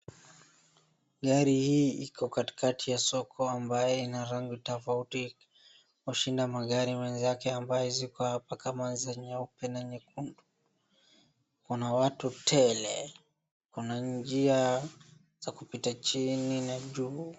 Gari hii iko katikati ya soko ambayo ina rangi tofauti kushinda magari wenzake ambayo ziko hapa kama za nyeupe na nyekundu, kuna watu tele, na kuna njia za kupita chini na juu.